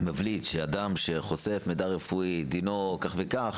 מבליט שאדם שחושף מידע רפואי דינו כך וכך,